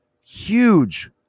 Huge